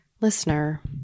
Listener